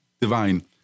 divine